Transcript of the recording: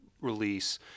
release